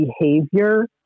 behavior